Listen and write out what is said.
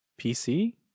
PC